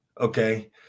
okay